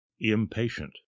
impatient